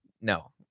No